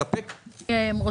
אני מחדש את הדיון.